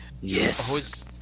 Yes